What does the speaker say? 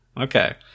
okay